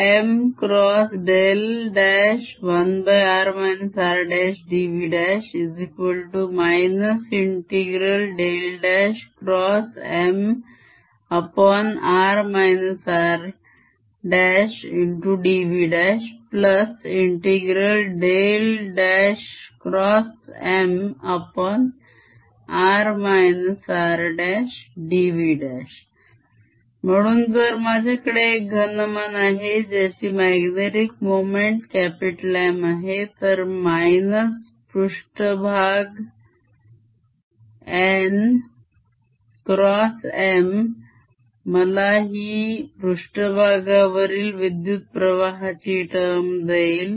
Mr×1r rdV Mrr rdVMrr rdV म्हणून जर माझ्याकडे एक घनमान आहे ज्याची magnetic मोमेंट M आहे तर पृष्ठभाग n x M मला ही पृष्ठभागावरील विद्युत प्रवाहाची term देईल